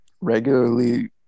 regularly